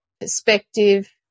perspective